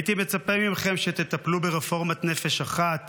הייתי מצפה מכם שתטפלו ברפורמת נפש אחת